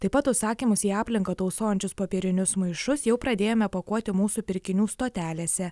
taip pat užsakymus į aplinką tausojančius popierinius maišus jau pradėjome pakuoti mūsų pirkinių stotelėse